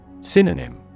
Synonym